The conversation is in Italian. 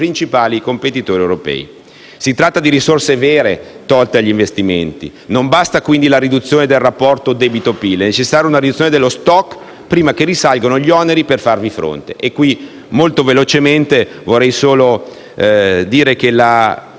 Si tratta di risorse vere tolte agli investimenti. Non basta, quindi, la riduzione del rapporto debito/PIL: è necessaria una riduzione dello *stock* prima che risalgano gli oneri per farvi fronte.